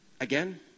Again